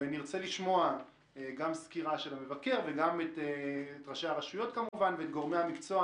ונרצה לשמוע סקירה של המבקר וגם את ראשי הרשויות ואת גורמי המקצוע